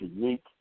unique